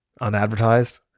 unadvertised